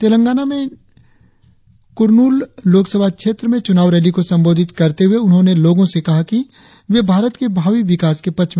तेलंगाना में नगर कुरनूल लोकसभा क्षेत्र में चुनावी रैली को सम्बोधित करते हुए उन्होंने लोगो से कहा कि वे भारत के भावी विकास के पक्ष में मतदान करें